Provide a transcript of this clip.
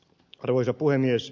arvoisa puhemies